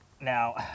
Now